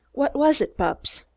what was it, bupps?